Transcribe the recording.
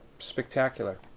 spectacular.